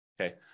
Okay